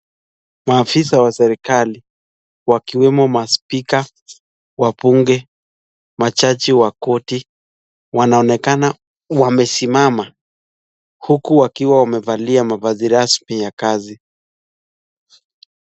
Maafisa wa serikali wakiwemo ma spika wa bunge ma jaji wa koti wanaonekana wamesimama huku wakiwa wamevalia mavazi rasmi ya kazi.